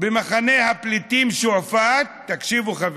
במחנה הפליטים שועפאט, תקשיבו, חברים,